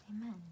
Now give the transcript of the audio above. Amen